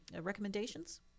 recommendations